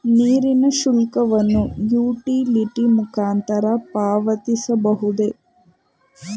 ನೀರಿನ ಶುಲ್ಕವನ್ನು ಯುಟಿಲಿಟಿ ಮುಖಾಂತರ ಪಾವತಿಸಬಹುದೇ?